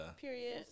Period